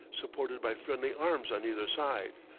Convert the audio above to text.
supported by friendly arms on either side,